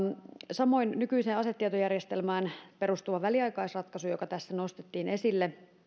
samoin nykyiseen asetietojärjestelmään perustuva väliaikaisratkaisu joka tässä nostettiin esille